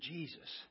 Jesus